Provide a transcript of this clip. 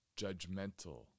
judgmental